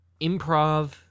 improv